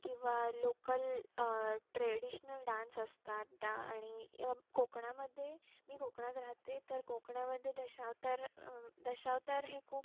किंवा local traditional dance असतात डा आणि कोकणामध्ये मी कोकणात राहते तर कोकणामध्ये दशावतार दशावतार हे खूप